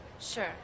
Sure